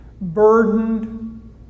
Burdened